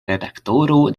redaktoro